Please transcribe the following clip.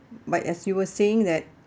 but as you were saying that